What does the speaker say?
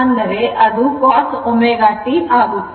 ಆದ್ದರಿಂದ ಅದು cos ω t ಆಗುತ್ತದೆ